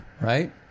right